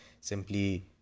simply